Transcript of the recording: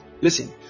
listen